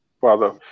Father